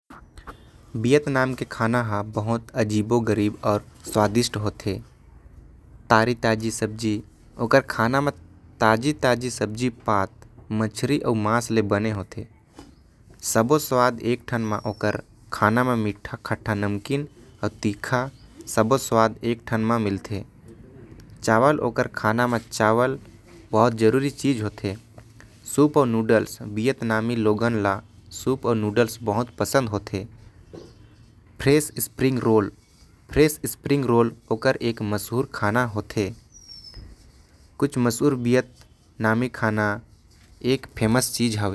वियतनाम मन के खाना बहुते अजीबे गरीब अउ स्वादिष्ट होथे। ओमन के खाना ताजा ताजा सब्जी भात मछरी अउ मांस से बने होथे। सबो स्वाद एक ठन खाना म होथे खट्टा मीठा, नमकीन अउ तीखा सबो एके ठो खाना म होथे। चावल ओमन के हर खाना म मिलथे अउ सूप। अउ नूडल्स ओमन ल बहुते पसंद होथे।